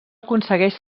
aconsegueix